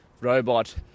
robot